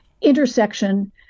intersection